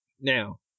Now